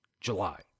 July